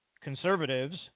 Conservatives